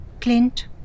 Clint